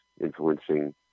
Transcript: influencing